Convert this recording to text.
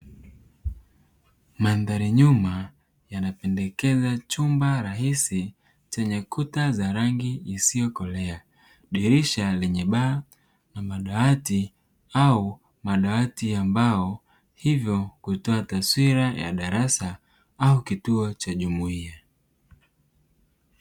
Mandhari nyuma yanapendekeza chumba rahisi chenye kuta za rangi isiyokolea, dirisha lenye baa, na madawati au madawati ya mbao hivyo kutoa taswira ya darasa au kituo cha jumuiya.